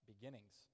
beginnings